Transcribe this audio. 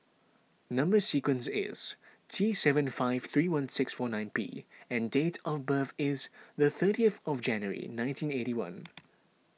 Number Sequence is T seven five three one six four nine P and date of birth is the thirtieth of January nineteen eighty one